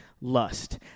Lust